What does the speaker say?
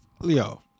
Leo